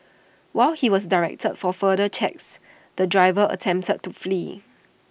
while he was directed for further checks the driver attempted to flee